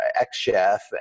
ex-chef